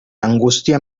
angustia